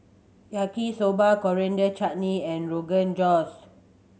Yaki Soba Coriander Chutney and Rogan Josh